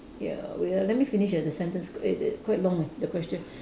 ya wait ah let me finish err the sentence it it quite long ah the question